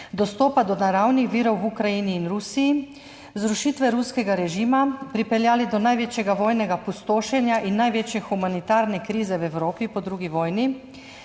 dostopa do naravnih virov v Ukrajini in Rusiji, zrušitve ruskega režima, pripeljali do največjega vojnega pustošenja in največje humanitarne krize v Evropi po drugi vojni?